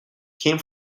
came